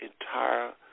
entire